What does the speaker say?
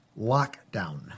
Lockdown